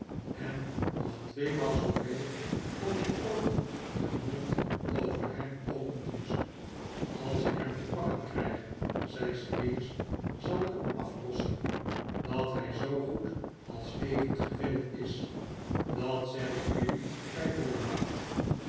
en nog tweemaal zooveel als je ooit een mond over hem opendoet als ik hem te pakken krijg zei squeers zal ik hem afrossen dat hij zoo goed als levend gevild is dat zeg ik jullie